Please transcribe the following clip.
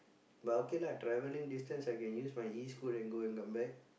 but okay lah travelling distance I can use my E-scoot and go and come back